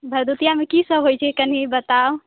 भरद्वितीयामे की सब होइत छै कनि बताउ